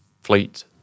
fleet